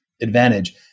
advantage